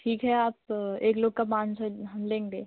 ठीक है आप एक लोग का पाँच सौ हम लेंगे